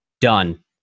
done